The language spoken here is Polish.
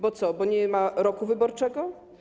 Bo co, bo nie ma roku wyborczego?